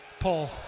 Paul